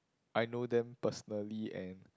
I know them personally and